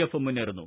എഫും മുന്നേറുന്നു